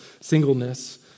singleness